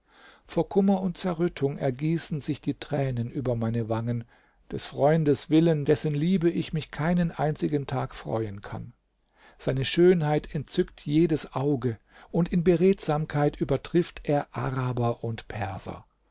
vor kummer und zerrüttung ergießen sich die tränen über meine wangen des freundes willen dessen liebe ich mich keinen einzigen tag freuen kann seine schönheit entzückt jedes auge und in beredsamkeit übertrifft er araber und perser